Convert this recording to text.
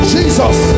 Jesus